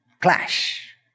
Clash